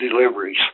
deliveries